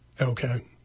Okay